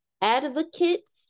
advocates